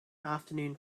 afternoon